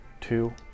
two